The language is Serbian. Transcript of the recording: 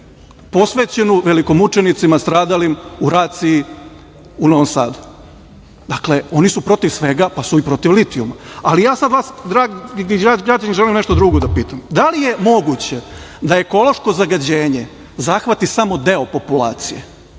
posvećen velikomučenicima stradalim u raciji u Novom Sadu. Dakle, oni su protiv svega, pa su i protiv litijuma, ali ja sad vas, dragi građani, želim nešto drugo da pitam – da li je moguće da ekološko zagađenje zahvati samo deo populacije?